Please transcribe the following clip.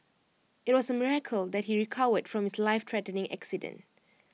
IT was A miracle that he recovered from his lifethreatening accident